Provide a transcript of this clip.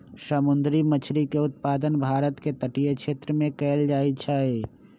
समुंदरी मछरी के उत्पादन भारत के तटीय क्षेत्रमें कएल जाइ छइ